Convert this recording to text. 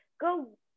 go